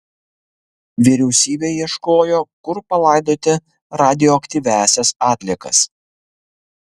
vyriausybė ieškojo kur palaidoti radioaktyviąsias atliekas